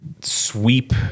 sweep